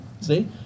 See